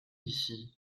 ici